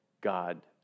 God